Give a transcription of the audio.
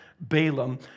Balaam